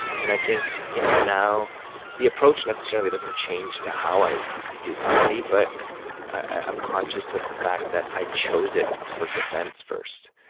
and i think, you know, now the approach necessarily doesn't change to how i do comedy, but i'm conscious of the fact that i chose it for defense first,